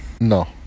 No